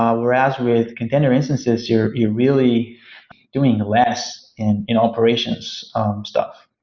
um whereas with container instances, you're you're really doing less in in operations um stuff